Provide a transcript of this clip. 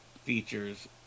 features